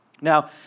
Now